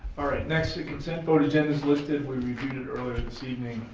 alright, next the consent vote agenda is listed we reviewed it earlier this evening.